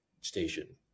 station